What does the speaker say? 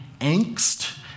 angst